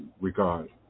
regard